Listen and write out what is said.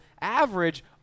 average